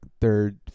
third